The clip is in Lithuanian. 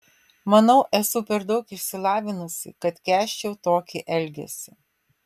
manau esu per daug išsilavinusi kad kęsčiau tokį elgesį